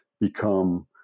become